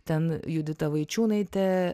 ten judita vaičiūnaitė